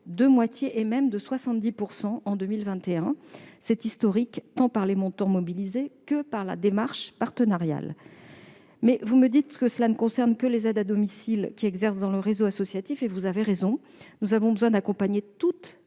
de moitié, et même de 70 % en 2021. C'est historique, tant par les montants mobilisés que par la démarche partenariale. Mais vous avez raison, cela ne concerne que les aides à domicile exerçant dans un réseau associatif. Nous avons besoin d'accompagner toutes les